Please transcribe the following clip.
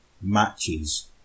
matches